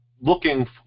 Looking